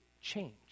change